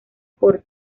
por